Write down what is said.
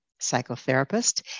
psychotherapist